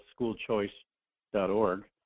schoolchoice.org